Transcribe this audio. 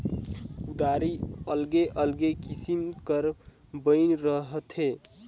कुदारी अलगे अलगे किसिम कर बइन रहथे